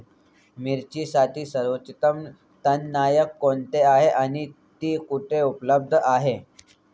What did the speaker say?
मिरचीसाठी सर्वोत्तम तणनाशक कोणते आहे आणि ते कुठे उपलब्ध आहे?